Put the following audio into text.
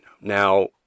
Now